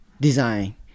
design